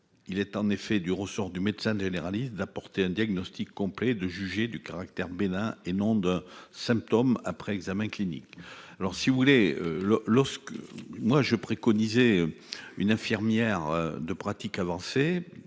Il est en effet du ressort du médecin généraliste d'apporter un diagnostic complet de juger du caractère bénin et non de symptômes après examen clinique. Alors si vous voulez le lorsque moi je préconisé. Une infirmière de pratique avancée.